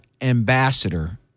ambassador